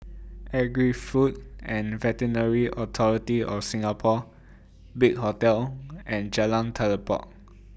Agri Food and Veterinary Authority of Singapore Big Hotel and Jalan Telipok